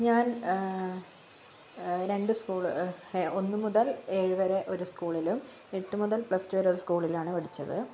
ഞാൻ രണ്ട് സ്കൂൾ ഒന്നു മുതൽ ഏഴു വരെ ഒരു സ്കൂളിലും എട്ടു മുതൽ പ്ലസ്ടു വരെ ഒരു സ്കൂളിലാണ് പഠിച്ചത്